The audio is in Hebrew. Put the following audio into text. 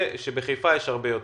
וכאשר בחיפה יש הרבה יותר.